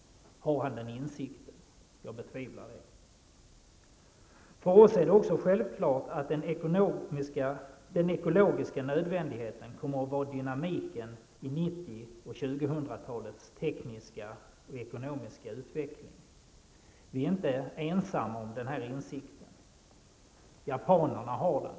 Har han den insikten? Jag betvivlar det. För oss är det också självklart att den ekologiska nödvändigheten kommer att vara dynamiken i 90 talets och 2000-talets tekniska och ekonomiska utveckling. Vi är inte ensamma om den här insikten. Japanerna har den.